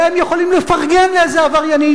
והם יכולים לפרגן לאיזה עבריינית,